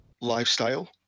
lifestyle